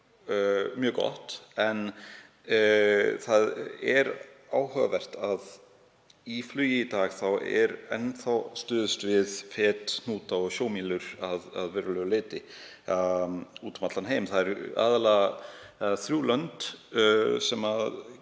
mjög gott. En það er áhugavert að í flugi í dag er enn stuðst við fet, hnúta og sjómílur að verulegu leyti úti um allan heim. Það eru aðallega þrjú lönd sem